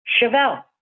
Chevelle